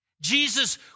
Jesus